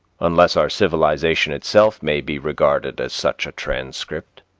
unless our civilization itself may be regarded as such a transcript.